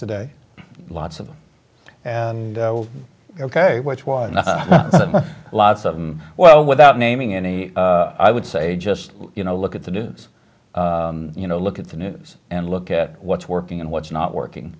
today lots of them and ok which was lots of well without naming any i would say just you know look at the news you know look at the news and look at what's working and what's not working